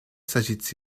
s’agit